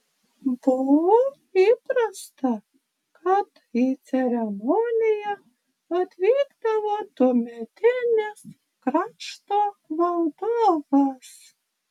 buvo įprasta kad į ceremoniją atvykdavo tuometinis krašto valdovas